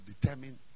determine